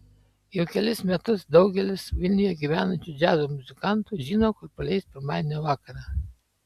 jau kelis metus daugelis vilniuje gyvenančių džiazo muzikantų žino kur praleis pirmadienio vakarą